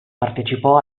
partecipò